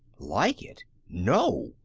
like it! no!